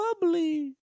bubbly